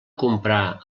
comprar